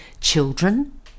children